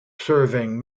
serving